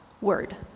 word